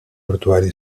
portuari